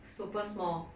super small